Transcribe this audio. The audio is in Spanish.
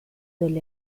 del